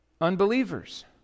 Unbelievers